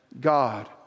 God